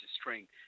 string